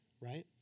right